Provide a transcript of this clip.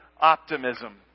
optimism